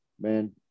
man